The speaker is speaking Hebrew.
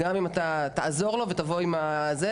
גם אם אתה תבוא ותעזור לו עם המלווה